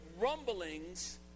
rumblings